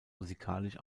musikalisch